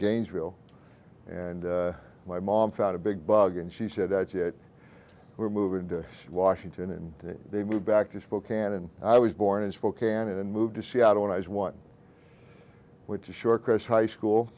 gainesville and my mom found a big bug and she said that's it we're moving to washington and they move back to spokane and i was born in spokane and moved to seattle when i was one which is short cross high school